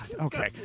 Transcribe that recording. Okay